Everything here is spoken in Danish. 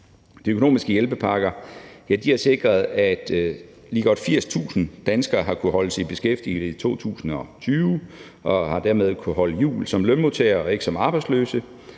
De økonomiske hjælpepakker har sikret, at lige godt 80.000 danskere har kunnet holdes i beskæftigelse i 2020 og dermed har kunnet holde jul som lønmodtagere og ikke som arbejdsløse.